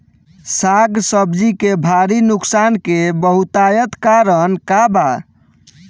साग सब्जी के भारी नुकसान के बहुतायत कारण का बा?